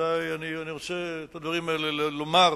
אני רוצה את הדברים האלה לומר,